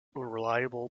reliable